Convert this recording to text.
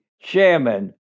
chairman